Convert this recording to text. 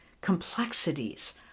complexities